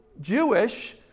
Jewish